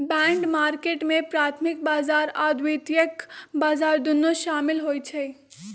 bond market में प्राथमिक बजार आऽ द्वितीयक बजार दुन्नो सामिल होइ छइ